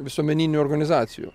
visuomeninių organizacijų